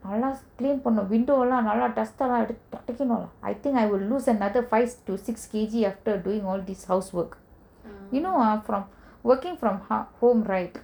alas clean பன்னு:pannu window lah நல்லா:nalla dust lah எடுத்து தொடைகனு:eduthu thodaikanu lah I think I will lose another five to six K_G after doing all this housework you know ah working from ha~ home right